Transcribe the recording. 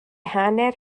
hanner